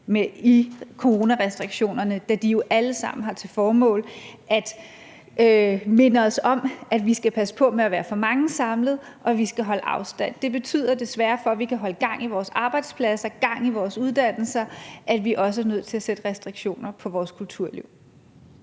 i coronarestriktionerne, da de jo alle sammen har til formål at minde os om, at vi skal passe på med at være for mange samlet, og at vi skal holde afstand. Det betyder desværre, for at vi kan holde gang i vores arbejdspladser, gang i vores uddannelser, at vi også er nødt til at sætte restriktioner på vores kulturliv.